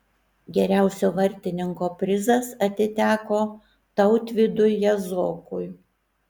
geriausio vartininko prizas atiteko tautvydui jazokui